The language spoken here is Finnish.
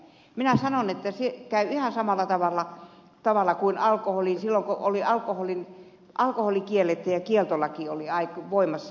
minä sanon että siinä käy ihan samalla tavalla kuin silloin kun alkoholi kiellettiin ja kieltolaki oli voimassa